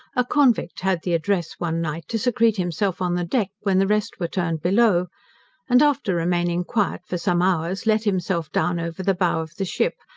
a convict had the address, one night, to secrete himself on the deck, when the rest were turned below and after remaining quiet for some hours, let himself down over the bow of the ship,